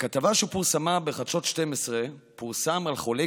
בכתבה שפורסמה בחדשות 12 פורסם על חולי